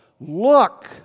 look